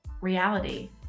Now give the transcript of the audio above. reality